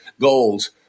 goals